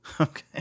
Okay